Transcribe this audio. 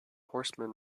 horseman